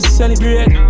celebrate